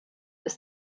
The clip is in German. ist